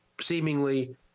seemingly